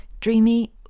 Dreamy